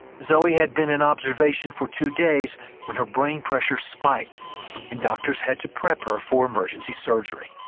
zoe had been in observation for two days when her brain pressure spiked and doctors had to prep her for emergency surgery.